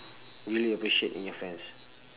really appreciate in your friends